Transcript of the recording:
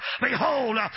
Behold